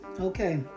okay